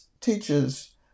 teachers